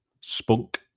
spunk